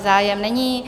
Zájem není.